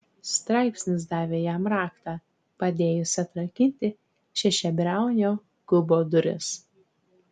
straipsnis davė jam raktą padėjusį atrakinti šešiabriaunio kubo duris